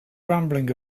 rambling